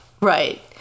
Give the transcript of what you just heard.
right